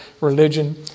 religion